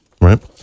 Right